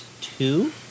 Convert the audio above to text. two